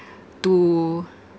to